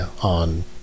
on